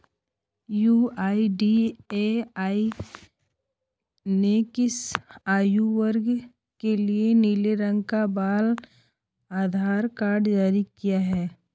UIDAI ने किस आयु वर्ग के लिए नीले रंग का बाल आधार कार्ड जारी किया है?